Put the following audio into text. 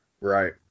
right